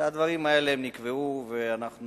והדברים האלה נקבעו ואנחנו